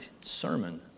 sermon